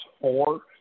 four